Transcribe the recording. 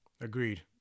agreed